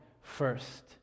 first